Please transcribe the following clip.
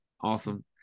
Awesome